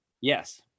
yes